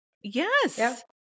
yes